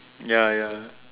ya ya